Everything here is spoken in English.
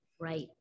Right